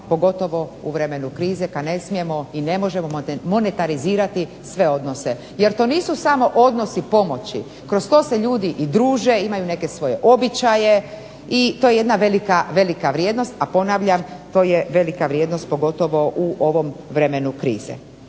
pogotovo u vremenu krize kada ne smijemo i ne možemo monetizirati sve odnose. Jer to nisu samo odnosi pomoći, kroz to se ljudi i druže, imaju neke svoje običaje i to je jedna velika vrijednost. A ponavljam, to je velika vrijednost pogotovo u ovom vremenu krize.